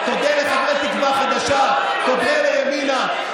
תודה לחברי תקווה חדשה, תודה לימינה.